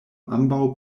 ambaŭ